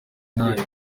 nk’ayo